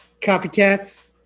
copycats